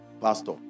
pastor